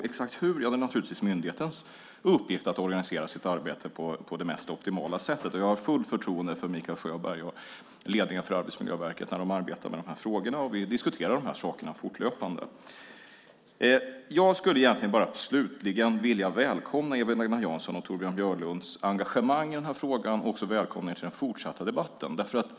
Det är naturligtvis myndighetens uppgift att organisera sitt arbete på det optimala sättet. Jag har fullt förtroende för Mikael Sjöberg och ledningen för Arbetsmiljöverket när man arbetar med de här frågorna. Vi diskuterar detta fortlöpande. Jag vill slutligen välkomna Eva-Lena Janssons och Torbjörn Björlunds engagemang i den här frågan och välkomna er till den fortsatta debatten.